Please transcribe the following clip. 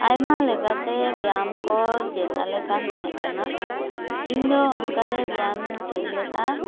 ᱟᱭᱢᱟ ᱞᱮᱠᱟᱛᱮ ᱵᱮᱭᱟᱢ ᱠᱚ ᱪᱮᱫ ᱟᱞᱮ ᱠᱟᱱ ᱛᱟᱦᱮᱸᱫ ᱠᱟᱱᱟ ᱤᱧ ᱫᱚ ᱚᱱᱠᱟ ᱨᱮ ᱵᱮᱭᱟᱢ ᱤᱧ ᱪᱮᱫ ᱞᱮᱫᱼᱟ